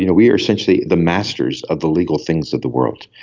you know we are essentially the masters of the legal things of the world.